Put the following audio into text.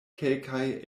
kelkaj